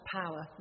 power